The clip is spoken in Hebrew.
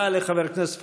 תודה לחבר הכנסת פורר.